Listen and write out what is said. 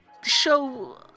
show